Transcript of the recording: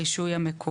לא יהיו סמכויות.